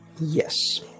Yes